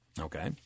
okay